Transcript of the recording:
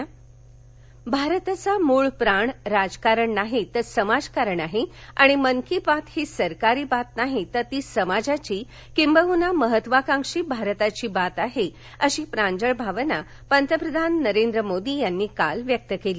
मन की बात भारताचा मूळ प्राण राजकारण नाही तो समाजकारण आहे आणि मन की बातही सरकारी बात नाही तर ती समाजाची किंबहना महत्वाकांक्षी भारताची गोष्ट आहे अशी प्रांजळ भावना पंतप्रधान नरेंद्र मोदी यांनी काल व्यक्त केली